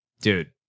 Dude